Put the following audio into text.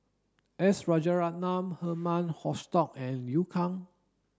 S Rajaratnam Herman Hochstadt and Liu Kang